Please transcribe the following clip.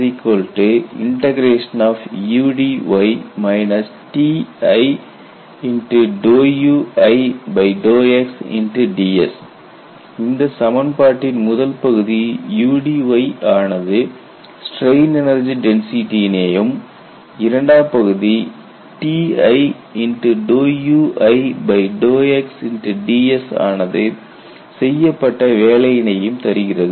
J Udy Tiuixds இந்த சமன்பாட்டின் முதல் பகுதி Udy யானது ஸ்ட்ரெயின் எனர்ஜி டென்சிட்டி யினையும் இரண்டாம் பகுதி Tiuixds ஆனது செய்யப்பட்ட வேலையினையும் தருகிறது